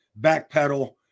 backpedal